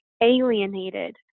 alienated